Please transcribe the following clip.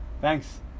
Thanks